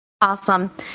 Awesome